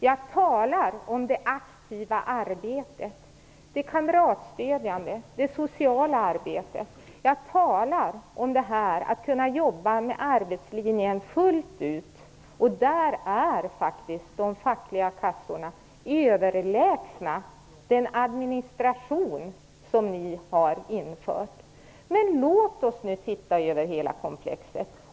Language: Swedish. Jag talar om det aktiva arbetet och det kamratstödjande och sociala arbetet. Jag talar om det här med att kunna jobba med arbetslinjen fullt ut. Där är de fackliga kassorna faktiskt överlägsna den administration som ni har infört. Låt oss titta på hela komplexet!